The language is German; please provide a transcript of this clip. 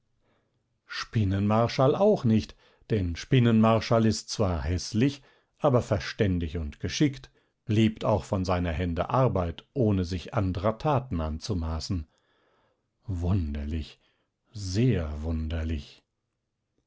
spinnenmarschall auch nicht denn spinnenmarschall ist zwar häßlich aber verständig und geschickt lebt auch von seiner hände arbeit ohne sich andrer taten anzumaßen wunderlich sehr wunderlich